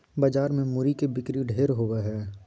बाजार मे मूरी के बिक्री ढेर होवो हय